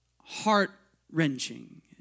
heart-wrenching